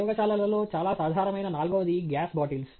ప్రయోగశాలలలో చాలా సాధారణమైన నాల్గవది గ్యాస్ బాటిల్స్